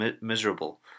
miserable